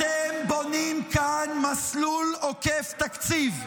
אתם בונים כאן מסלול עוקף תקציב.